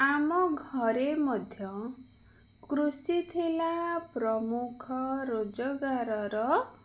ଆମ ଘରେ ମଧ୍ୟ କୃଷି ଥିଲା ପ୍ରମୁଖ ରୋଜଗାରର